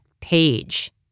page